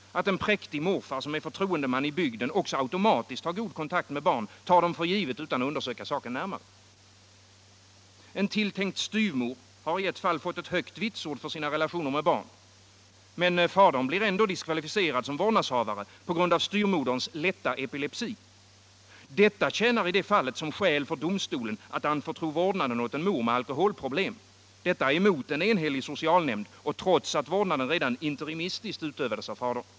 Att en präktig morfar som är förtroendeman i bygden också automatiskt har god kontakt med barn tar man för givet utan att undersöka saken närmare. En tilltänkt styvmor har i ett fall fått ett högt vitsord för sina relationer till barn, men fadern blir ändå diskvalificerad som vårdnadshavare på grund av styvmoderns lätta epilepsi. Detta tjänar i det fallet som skäl för domstolen att anförtro vårdnaden åt en mor med alkoholproblem — emot en enhällig socialnämnd och trots att vårdnaden redan interimistiskt utövades av fadern.